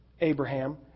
Abraham